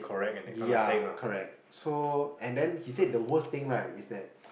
yeah correct so and then he said the worst thing right is that